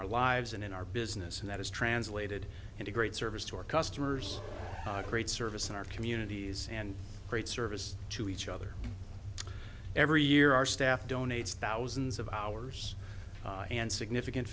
our lives and in our business and that is translated into great service to our customers great service in our communities and great service to each other every year our staff donates thousands of hours and significant